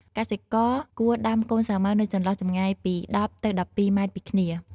កសិករគួរដាំកូនសាវម៉ាវនៅចន្លោះចម្ងាយពី ១០ ទៅ ១២ ម៉ែត្រពីគ្នា។